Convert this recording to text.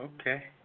Okay